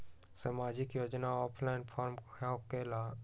समाजिक योजना offline form होकेला?